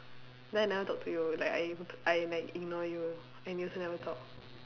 then I never talk to you like I I like ignore you and you also never talk